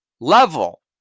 level